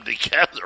together